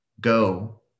Go